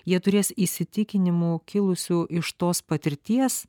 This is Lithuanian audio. jie turės įsitikinimų kilusių iš tos patirties